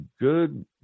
good